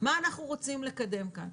מה אנחנו רוצים לקדם כאן.